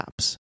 apps